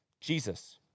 Jesus